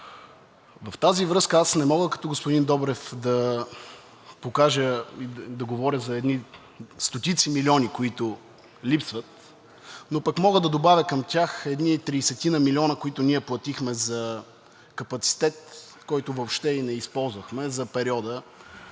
В тази връзка, не мога като господин Добрев да говоря за едни стотици милиони, които липсват, но пък мога да добавя към тях едни тридесетина милиона, които ние платихме за капацитет, който въобще и не използвахме, за периода